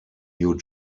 new